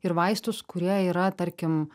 ir vaistus kurie yra tarkim